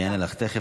אני אענה לך תכף.